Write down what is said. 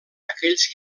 aquells